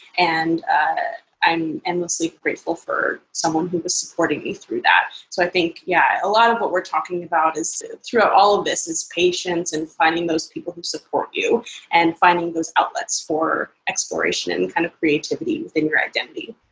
and i'm endlessly grateful for someone who was supporting me through that. so i think, yeah, a lot of what we're talking about throughout all of this is patience and finding those people who support you and finding those outlets for exploration and kind of creativity within your identity.